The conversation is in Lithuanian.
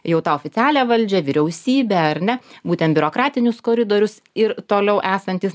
jau tą oficialią valdžią vyriausybę ar ne būtent biurokratinius koridorius ir toliau esantys